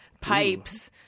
pipes